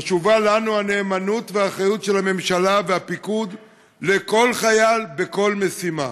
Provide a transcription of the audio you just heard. חשובות לנו הנאמנות והאחריות של הממשלה והפיקוד לכל חייל בכל משימה.